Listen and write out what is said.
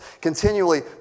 continually